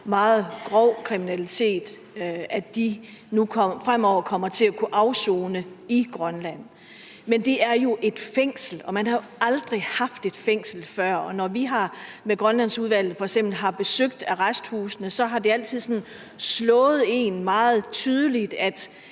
meget grov kriminalitet, fremover kommer til at kunne afsone i Grønland. Men det er et fængsel, og man har jo aldrig haft et fængsel før, og når vi med Grønlandsudvalget har besøgt f.eks. arresthusene, har det altid slået os meget tydeligt,